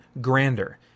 grander